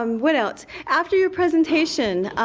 um what else? after your presentation,